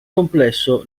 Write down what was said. complesso